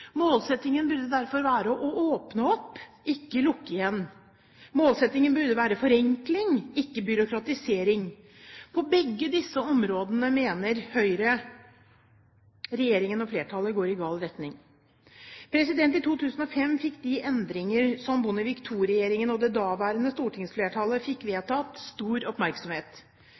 Målsettingen burde derfor være å åpne opp, ikke lukke igjen. Målsettingen burde være forenkling, ikke byråkratisering. På begge disse områdene mener Høyre regjeringen og flertallet går i gal retning. I 2005 fikk de endringer som Bondevik II-regjeringen og det daværende stortingsflertallet fikk vedtatt, stor oppmerksomhet.